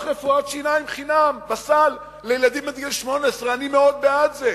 רפואת שיניים חינם בסל לילדים עד גיל 18. אני מאוד בעד זה,